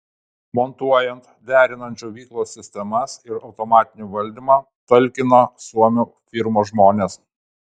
montuojant derinant džiovyklos sistemas ir automatinį valdymą talkino suomių firmos žmonės